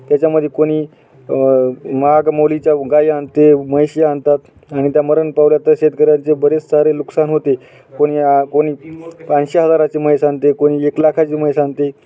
त्याच्यामध्ये कोणी महागमौलीच्या गाई आणते म्हैशी आणतात आणि त्या मरण पावल्या तर शेतकऱ्यांचे बरेच सारे नुकसान होते कोणी कोणी प ऐंशी हजाराची म्हैस आणते कोणी एक लाखाची म्हैस आणते